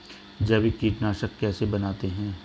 जैविक कीटनाशक कैसे बनाते हैं?